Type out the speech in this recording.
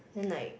then like